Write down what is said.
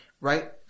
right